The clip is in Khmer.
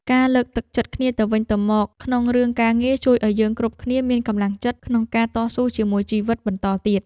ការលើកទឹកចិត្តគ្នាទៅវិញទៅមកក្នុងរឿងការងារជួយឱ្យយើងគ្រប់គ្នាមានកម្លាំងចិត្តក្នុងការតស៊ូជាមួយជីវិតបន្តទៀត។